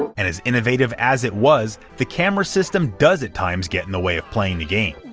and as innovative as it was the camera system does at times get in the way of playing the game.